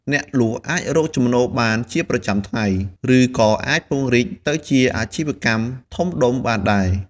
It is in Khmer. អ្នកលក់អាចរកចំណូលបានជាប្រចាំថ្ងៃ ឬក៏អាចពង្រីកទៅជាអាជីវកម្មធំដុំបានដែរ។